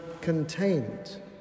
contained